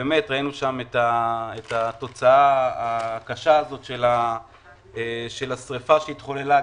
ראינו שם את התוצאה הקשה הזאת של השריפה שהתחוללה,